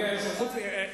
הקול שלנו מאוד ברור.